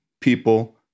people